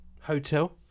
Hotel